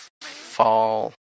fall